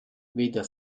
weder